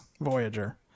Voyager